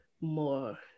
More